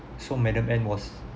so madam ann was